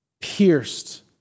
pierced